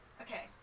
Okay